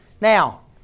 Now